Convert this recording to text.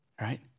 Right